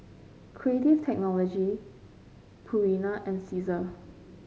Creative Technology Purina and Cesar